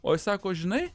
o jis sako žinai